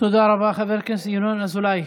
תודה רבה, חבר הכנסת ינון אזולאי.